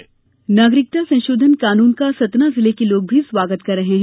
प्रतिक्रिया नागरिकता संशोधन कानून का सतना जिले के लोग भी स्वागत कर रहे हैं